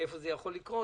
איפה זה יכול לקרות.